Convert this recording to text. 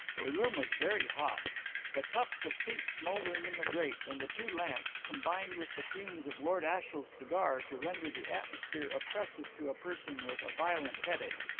the room was very hot the tufts of peat smouldering in the grate, and the two lamps, combined with the fumes of lord ashiel's cigar to render the atmosphere oppressive to a person with a violent headache.